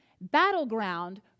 battleground